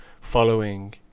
following